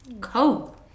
Cool